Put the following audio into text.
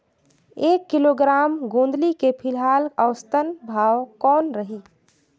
एक किलोग्राम गोंदली के फिलहाल औसतन भाव कौन रही?